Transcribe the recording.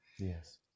Yes